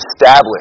established